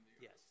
Yes